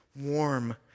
warm